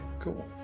cool